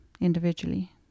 individually